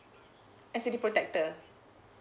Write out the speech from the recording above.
N_C_D protector